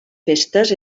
festes